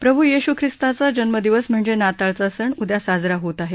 प्रभ् येश् ख्रिस्ताचा जन्मदिवस म्हणजेच नाताळचा सण उदया साजरा होत आहे